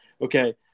okay